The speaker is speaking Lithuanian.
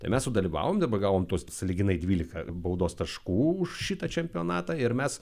tai mes sudalyvavom dabar gavom tuos sąlyginai dvylika baudos taškų už šitą čempionatą ir mes